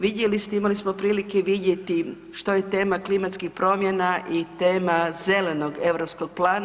Vidjeli ste, imali smo prilike vidjeti što je tema klimatskih promjena i tema Zelenog Europskog Plana.